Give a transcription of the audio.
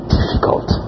Difficult